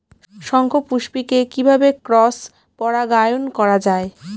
শঙ্খপুষ্পী কে কিভাবে ক্রস পরাগায়ন করা যায়?